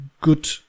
good